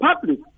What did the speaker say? public